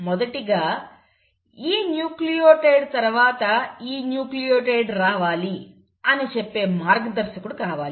మొదటిగా ఈ న్యూక్లియోటైడ్ తరువాత ఈ న్యూక్లియోటైడ్ రావాలి అని చెప్పే మార్గదర్శకుడు కావాలి